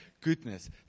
goodness